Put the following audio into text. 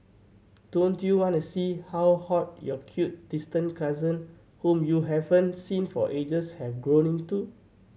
don't you wanna see how hot your cute distant cousin whom you haven't seen for ages have grown into